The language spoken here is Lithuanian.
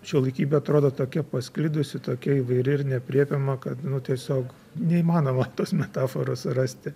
šiuolaikybė atrodo tokia pasklidusi tokia įvairi ir neaprėpiama kad tiesiog neįmanoma tos metaforos surasti